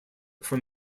from